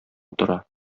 утыра